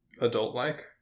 adult-like